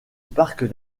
parc